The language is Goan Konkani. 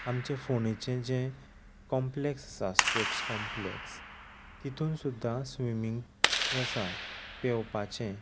आमचें फोणेचें जें कॉम्प्लॅक्स आसा स्पोट्स कॉम्प्लॅक्स तितून सुद्दां स्विमींग आसा पेंवपाचे